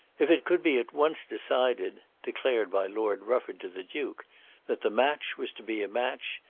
if it could be at once decided declared by lord rufford to the duke that the match was to be a match,